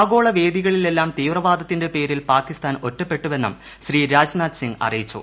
ആഗോള വേദികളിലെല്ലാം തീവ്രവാദത്തിന്റെ പേരിൽ പാകിസ്ഥാൻ ഒറ്റപ്പെട്ടുവെന്നും ശ്രീ രാജ്നാഥ് സിംഗ് അറിയിച്ചു